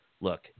look